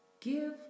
Give